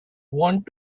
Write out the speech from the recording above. want